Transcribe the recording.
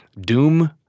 Doom